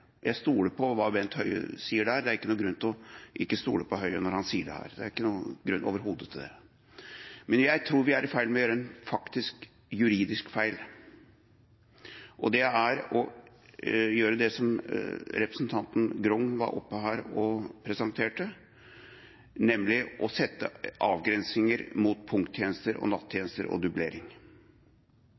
Jeg stoler på hva Bent Høie sier der. Det er ingen grunn til ikke å stole på Høie når han sier det her – det er overhodet ingen grunn til det. Men jeg tror vi er i ferd med å gjøre en faktisk juridisk feil, og det er å gjøre det som representanten Grung var oppe her og presenterte, nemlig å sette avgrensinger mot punkttjenester, nattjenester og dublering.